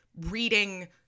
reading